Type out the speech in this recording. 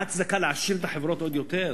מה ההצדקה, להעשיר את החברות עוד יותר?